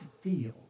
feel